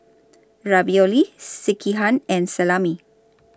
Ravioli Sekihan and Salami